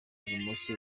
ibumoso